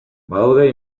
badaude